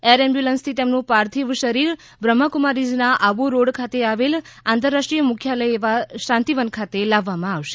air એમ્બ્યુલન્સથી તેમનું પાર્થિવ શરીર બ્રહ્માકુમારીઝના આબુ રોડ ખાતે આવેલ આંતરરાષ્ટ્રીય મુખ્યાલય એવા શાંતિવન ખાતે લાવવામાં આવશે